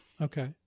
Okay